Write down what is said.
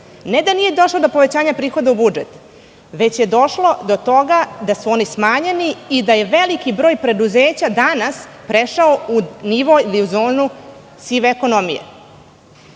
ne da nije došlo do povećanja prihoda u budžet, već je došlo do toga da su oni smanjeni i da je veliki broj preduzeća danas prešao u nivo ili u zonu sive ekonomije. Znači,